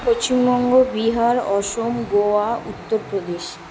Paschimbanga Bihar Assam Goa Uttar Pradesh